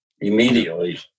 immediately